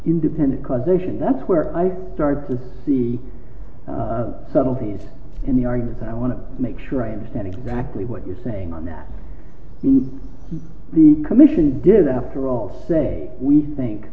independent causation that's where i start to see the subtleties in the argument and i want to make sure i understand exactly what you're saying on that the commission did after all say we think